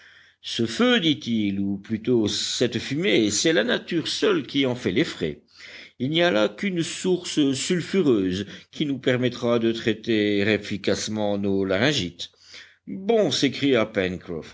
ce feu dit-il ou plutôt cette fumée c'est la nature seule qui en fait les frais il n'y a là qu'une source sulfureuse qui nous permettra de traiter efficacement nos laryngites bon s'écria pencroff